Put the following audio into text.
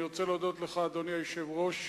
אני רוצה להודות לך, אדוני היושב-ראש,